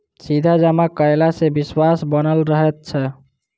सीधा जमा कयला सॅ विश्वास बनल रहैत छै